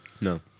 no